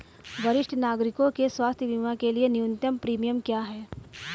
वरिष्ठ नागरिकों के स्वास्थ्य बीमा के लिए न्यूनतम प्रीमियम क्या है?